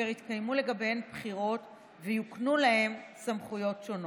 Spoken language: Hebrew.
ויתקיימו לגביהן בחירות ויוקנו להן סמכויות שונות.